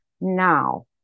Now